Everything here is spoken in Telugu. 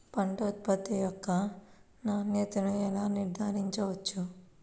పంట ఉత్పత్తి యొక్క నాణ్యతను ఎలా నిర్ధారించవచ్చు?